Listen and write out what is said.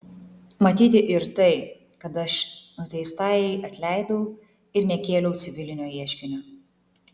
matyti ir tai kad aš nuteistajai atleidau ir nekėliau civilinio ieškinio